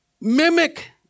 Mimic